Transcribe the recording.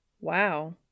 Wow